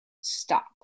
stop